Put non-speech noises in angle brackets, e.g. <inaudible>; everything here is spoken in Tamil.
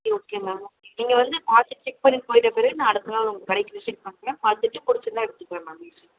ஓகே ஓகே மேம் ஓகே நீங்கள் வந்து பார்த்து செக் பண்ணிட்டு போயிட்ட பிறகு நான் அடுத்தநாள் உங்கள் கடைக்கு விசிட் பண்ணுறேன் மேம் பார்த்துட்டு பிடிச்சிருந்தா எடுத்துக்கிறேன் மேம் <unintelligible>